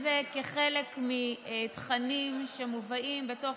לציין את זה כחלק מתכנים שמובאים בתוך